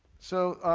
so